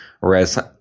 Whereas